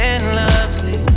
Endlessly